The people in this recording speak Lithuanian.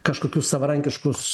kažkokius savarankiškus